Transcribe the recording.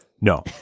no